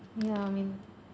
ya I mean